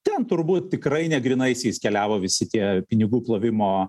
ten turbūt tikrai negrynaisiais keliavo visi tie pinigų plovimo